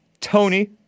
Tony